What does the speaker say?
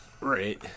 right